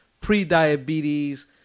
pre-diabetes